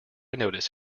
notice